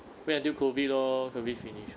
wait until COVID lor COVID finish